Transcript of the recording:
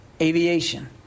aviation